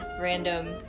random